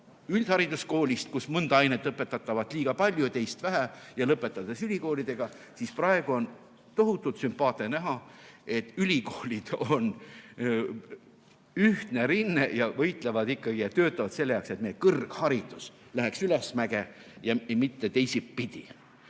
üldhariduskoolist, kus mõnda ainet õpetatavat liiga palju, teist vähe, ja lõpetades ülikoolidega –, siis praegu on tohutult sümpaatne näha, et ülikoolid on ühtne rinne ja võitlevad, töötavad selle nimel, et meie kõrgharidus läheks ülesmäge ja mitte teisipidi.